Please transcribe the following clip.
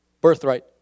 birthright